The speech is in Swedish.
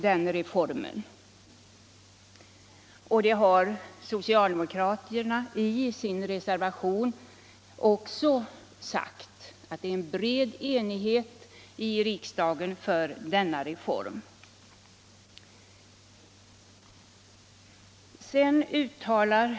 Socialdemokraterna har också i sin reservation vid socialförsäkringsutskottets betänkande 1976/77:1 anfört att det var en mycket betydande riksdagsmajoritet bakom beslutet om den här reformcen.